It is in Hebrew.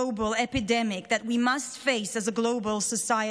epidemic that we must face as a global society.